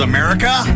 America